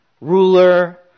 ruler